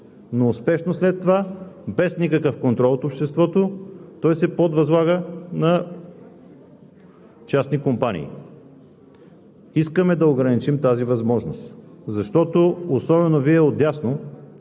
но успешно след това, без никакъв контрол от обществото, се подвъзлага на частни компании. Искаме да ограничим тази възможност, защото – особено Вие отдясно,